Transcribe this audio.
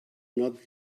not